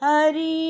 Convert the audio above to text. Hari